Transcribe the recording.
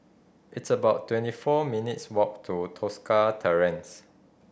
it's about twenty four minutes' walk to Tosca Terrace